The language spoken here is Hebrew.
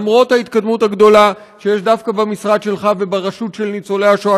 למרות ההתקדמות הגדולה שיש דווקא במשרד שלך וברשות של ניצולי השואה,